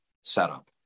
setup